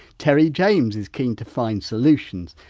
terry james is keen to find solutions.